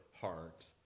heart